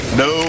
no